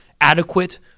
adequate